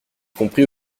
compris